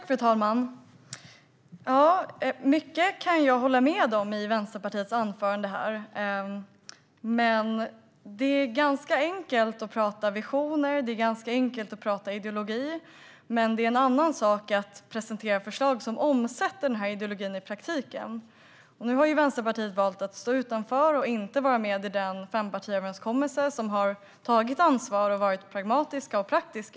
Fru talman! Mycket kan jag hålla med om i Vänsterpartiets anförande här. Det är ganska enkelt att prata visioner, det är ganska enkelt att prata ideologi, men det är en annan sak att presentera förslag som omsätter ideologin i praktiken. Nu har ju Vänsterpartiet valt att stå utanför och inte vara med i den fempartiöverenskommelse som har tagit ansvar och varit pragmatisk och praktisk.